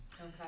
Okay